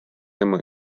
ema